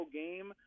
game